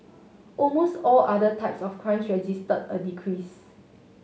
almost all other types of crimes registered a decrease